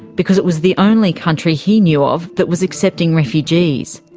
because it was the only country he knew of that was accepting refugees.